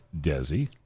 Desi